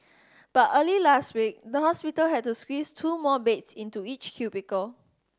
but early last week the hospital had to squeeze two more beds into each cubicle